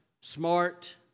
smart